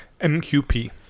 mqp